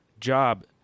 job